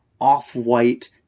off-white